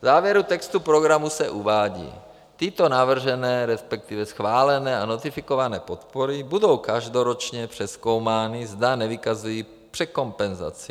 V závěru textu programu se uvádí: tyto navržené, respektive schválené a notifikované podpory budou každoročně přezkoumány, zda nevykazují překompenzaci.